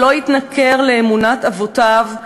שלא יתנכר לאמונת אבותיו,